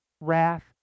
wrath